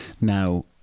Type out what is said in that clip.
Now